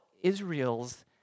Israel's